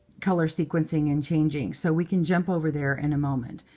color sequencing and changing. so we can jump over there in a moment.